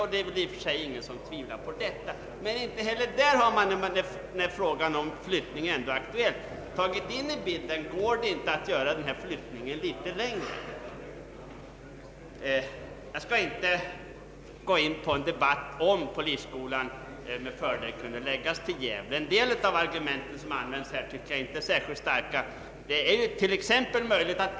Det finns väl i och för sig ingen som tvivlar på detta, men inte heller där har man, när flyttning ändå är aktuell, tagit in i bilden frågan huruvida det går att göra den flyttningen litet längre. Jag skall inte gå in i debatt i frågan om Ppolisskolan med fördel kan förläggas till Gävle. En del av de argument som har anförts tycker jag dock inte är särskilt starka.